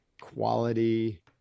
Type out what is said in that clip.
quality